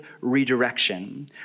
redirection